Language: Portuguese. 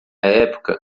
época